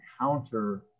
counter